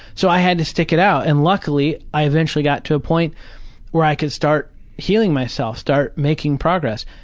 so i had to stick it out and luckily i eventually got to a point where i could start healing myself, start making progress.